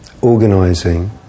organising